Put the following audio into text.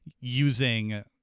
using